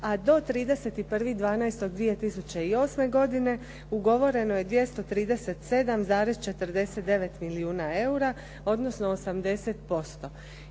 a do 31.12.2008. godine ugovoreno je 237,49 milijuna eura odnosno 80%.